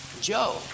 Joe